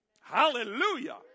Hallelujah